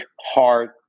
hard